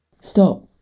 Stop